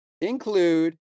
include